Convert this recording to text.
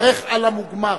לברך על המוגמר.